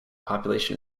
population